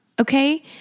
okay